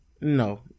No